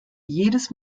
jedes